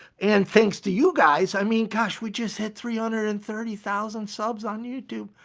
and thanks to you guys, i mean, gosh, we just hit three hundred and thirty thousand subs on youtube.